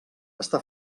està